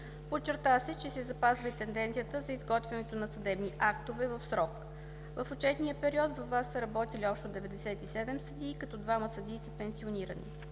Подчерта се, че се запазва и тенденцията за изготвянето на съдебни актове в срок. В отчетния период във ВАС са работили общо 97 съдии, като двама съдии са пенсионирани.